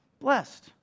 Blessed